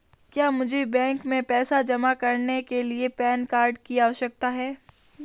क्या मुझे बैंक में पैसा जमा करने के लिए पैन कार्ड की आवश्यकता है?